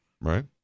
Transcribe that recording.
Right